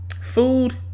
food